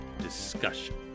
discussion